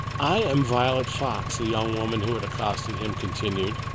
i am violet fox, the young woman who had accosted him continued.